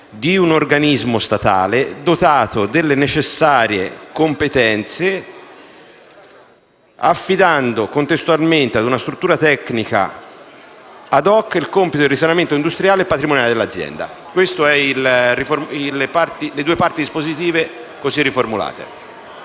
di un organismo statale dotato delle necessarie competenze, affidando contestualmente ad una struttura tecnica scelta *ad hoc* il compito del risanamento industriale e patrimoniale dell'azienda». Queste sono le due parti dispositive riformulate.